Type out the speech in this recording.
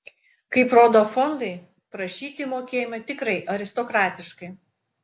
kaip rodo fondai prašyti mokėjome tikrai aristokratiškai